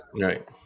Right